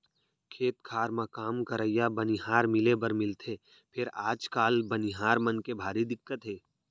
खेत खार म काम करइया बनिहार मिले बर मिलथे फेर आजकाल बनिहार मन के भारी दिक्कत हे